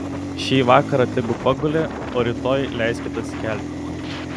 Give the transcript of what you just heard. šį vakarą tegu paguli o rytoj leiskit atsikelti